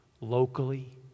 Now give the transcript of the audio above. locally